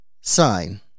Sign